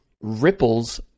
Ripple's